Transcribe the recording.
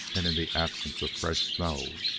and in the absence of fresh snow,